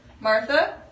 Martha